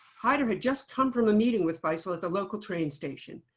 haidar had just come from a meeting with faisal at the local train station.